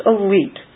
elite